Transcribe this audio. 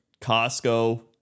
Costco